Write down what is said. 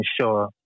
sure